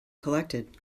collected